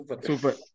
Super